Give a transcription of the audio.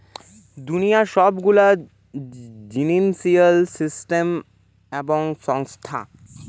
দুনিয়ার সব গুলা ফিন্সিয়াল সিস্টেম এবং সংস্থা